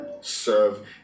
serve